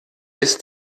ist